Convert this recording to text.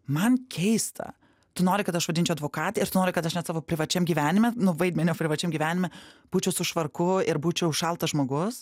man keista tu nori kad aš vaidinčiau advokatę ir tu nori kad aš net savo privačiam gyvenime nu vaidmenio privačiam gyvenime būčiau su švarku ir būčiau šaltas žmogus